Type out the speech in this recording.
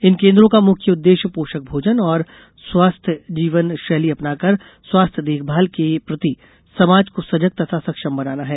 इन केन्द्रों का मुख्य उद्देश्य पोषक भोजन और स्वस्थ्य जीवन शैली अपनाकर स्वास्थ्य देखभाल के प्रति समाज को सजग तथा सक्षम बनाना है